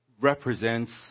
represents